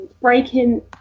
breaking